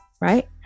right